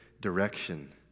direction